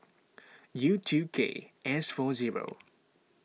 U two K S four zero